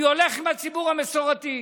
אני הולך עם הציבור המסורתי.